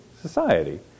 society